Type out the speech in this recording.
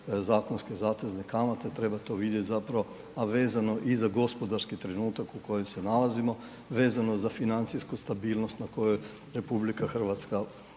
zakonske zatezne kamate, treba to vidjeti zapravo, a vezano i za gospodarski trenutak u kojem se nalazimo, vezano za financijsku stabilnost na kojoj RH inzistira,